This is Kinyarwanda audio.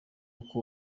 uko